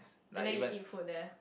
and then you eat food there